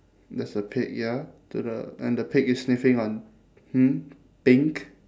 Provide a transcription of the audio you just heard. there's a pig ya to the and the pig is sniffing on hmm pink